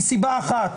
מסיבה אחת,